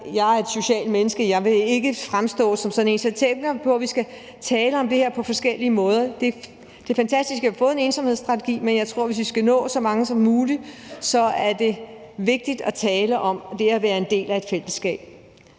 »jeg er et socialt menneske, og jeg vil ikke fremstå som sådan en«. Så jeg tænker på, at vi skal tale om det her på forskellige måder. Det er fantastisk at få en ensomhedsstrategi, men jeg tror, at det, hvis vi skal nå så mange som muligt, så er vigtigt at tale om det at være en del af et fællesskab.